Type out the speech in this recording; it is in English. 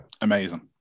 amazing